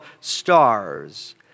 stars